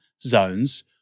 zones